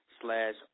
slash